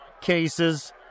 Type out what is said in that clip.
cases